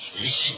Listen